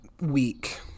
week